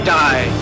die